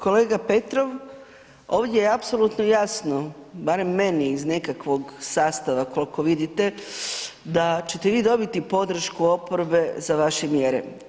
Kolega Petrov, ovdje je apsolutno jasno, barem meni iz nekakvog sastava kolko vidite da ćete vi dobiti podršku oporbe za vaše mjere.